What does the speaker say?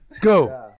Go